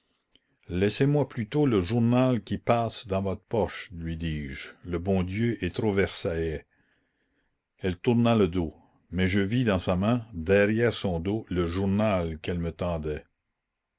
laissez-moi plutôt le journal qui passe dans votre poche lui dis-je le bon dieu est trop versaillais elle tourna le dos mais je vis dans sa main derrière son dos le journal qu'elle me tendait